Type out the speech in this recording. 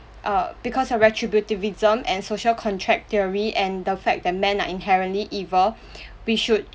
err because of retributivism and social contract theory and the fact that men are inherently evil we should